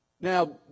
Now